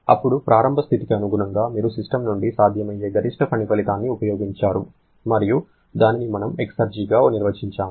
అప్పుడు ప్రారంభ స్థితికి అనుగుణంగా మీరు సిస్టమ్ నుండి సాధ్యమయ్యే గరిష్ట పని ఫలితాన్ని ఉపయోగించారు మరియు దానిని మనము ఎక్సర్జిగా నిర్వచించాము